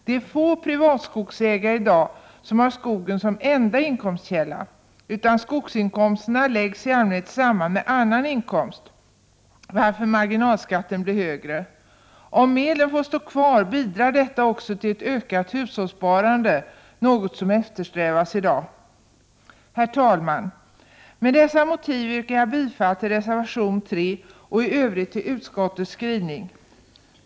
Det är få privatskogsägare som i dag har skogen som enda inkomstkälla. Skogsinkomsterna läggs i allmänhet samman med annan inkomst, varför marginalskatten blir högre. Om medlen får stå kvar bidrar detta också till ett ökat hushållssparande, något som eftersträvas i dag. Herr talman! Med dessa motiv yrkar jag bifall till reservation 3 och i övrigt till utskottets hemställan.